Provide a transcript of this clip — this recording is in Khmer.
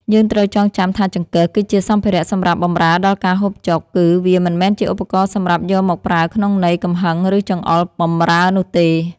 យើងត្រូវចងចាំថាចង្កឹះគឺជាសម្ភារៈសម្រាប់បម្រើដល់ការហូបចុក គឺ វាមិនមែនជាឧបករណ៍សម្រាប់យកមកប្រើក្នុងន័យកំហឹងឬចង្អុលបម្រើនោះទេ។